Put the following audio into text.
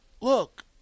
look